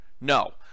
No